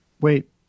wait